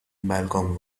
malcolm